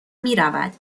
میرود